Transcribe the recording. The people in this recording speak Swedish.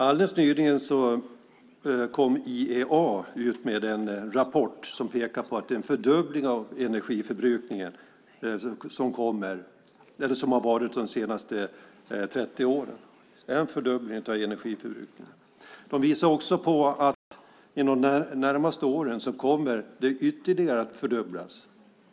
Alldeles nyligen kom IEA ut med en rapport som pekar på att det har varit en fördubbling av energiförbrukningen under de senaste 30 åren - en fördubbling av energiförbrukning. IEA visar också att inom de närmaste åren kommer energiförbrukningen ytterligare att fördubblas.